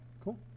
Cool